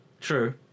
True